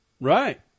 Right